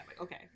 okay